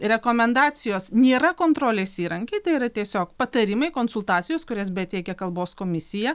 rekomendacijos nėra kontrolės įrankiai tai yra tiesiog patarimai konsultacijos kurias beteikia kalbos komisija